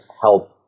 help